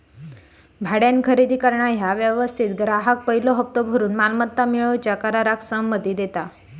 भाड्यान खरेदी करणा ह्या व्यवस्थेत ग्राहक पयलो हप्तो भरून मालमत्ता मिळवूच्या कराराक सहमती देता